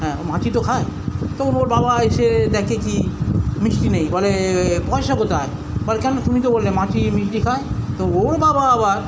হ্যাঁ ও মাছি তো খায় তো ওর বাবা এসে দেখে কি মিষ্টি নেই বলে পয়সা কোথায় বলে কেন তুমি তো বললে মাছি মিষ্টি খায় তো ওর বাবা আবার